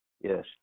yes